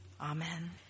Amen